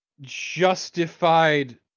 justified